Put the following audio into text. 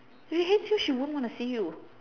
if she hates you she won't want to see you